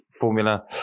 formula